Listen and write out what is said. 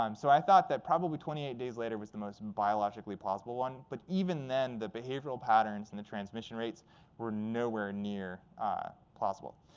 um so i thought that probably twenty eight days later was the most biologically possible one. but even then, the behavioral patterns and the transmission rates were nowhere near plausible.